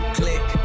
click